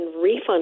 refund